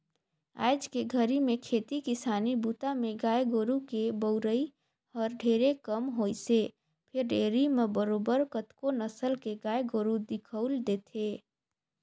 आयज के घरी में खेती किसानी बूता में गाय गोरु के बउरई हर ढेरे कम होइसे फेर डेयरी म बरोबर कतको नसल के गाय गोरु दिखउल देथे